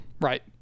Right